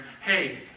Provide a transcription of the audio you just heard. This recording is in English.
hey